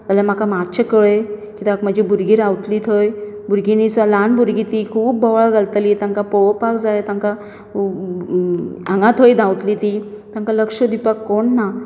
जाल्यार म्हाका मातशेॆ कळय कित्याक म्हजी भुरगीं रावतली थंय भुरगीं न्ही स ल्हान भुरगीं ती खूब बोवाळ घालतली तांकां पळोवपाक जाय तांकां हांगा थंय धांवतली ती तांकां लक्ष दिवपाक कोण ना